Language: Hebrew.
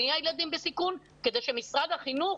מי הילדים בסיכון כדי שמשרד החינוך